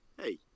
Hey